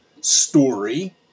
story